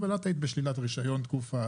אבל היית בשלילת רישיון תקופה.